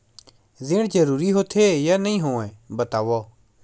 ऋण जरूरी होथे या नहीं होवाए बतावव?